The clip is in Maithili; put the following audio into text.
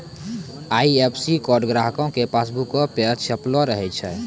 आई.एफ.एस.सी कोड ग्राहको के पासबुको पे छपलो रहै छै